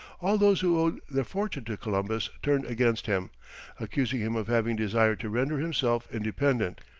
all those who owed their fortune to columbus turned against him accusing him of having desired to render himself independent.